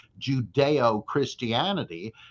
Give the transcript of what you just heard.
Judeo-Christianity